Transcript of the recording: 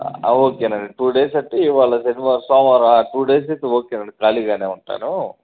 okay అండి two days అంటే ఈవేళ శనివారం సోమవారం టూ డేస్ అయితే ఓకే అండి ఖాళీగానే ఉంటాను